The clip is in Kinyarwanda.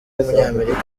w’umunyamerika